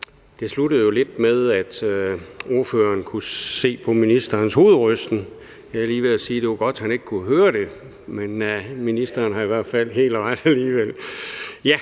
den sluttede jo lidt med, at ordføreren kunne se, at ministeren nikkede med hovedet. Jeg var lige ved at sige, at det var godt, at han ikke kunne høre det, men ministeren har i hvert fald helt ret.